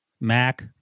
Mac